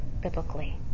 biblically